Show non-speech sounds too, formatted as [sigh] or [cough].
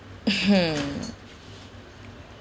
[noise] hmm